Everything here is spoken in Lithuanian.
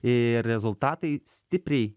ir rezultatai stipriai